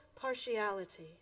partiality